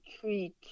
treat